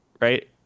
right